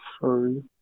Sorry